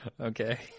Okay